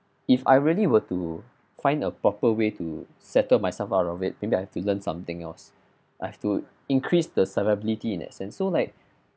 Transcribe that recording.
if I really were to find a proper way to settle myself out of it maybe I have to learn something else I have to increase the survivability in that sense so like